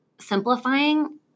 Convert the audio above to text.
simplifying